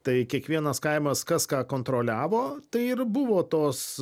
tai kiekvienas kaimas kas ką kontroliavo tai ir buvo tos